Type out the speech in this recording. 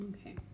Okay